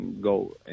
go